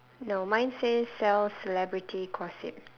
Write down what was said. no mine says sell celebrity gossip